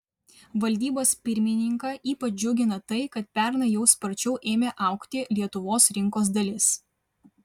valdybos pirmininką ypač džiugina tai kad pernai jau sparčiau ėmė augti lietuvos rinkos dalis